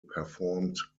performed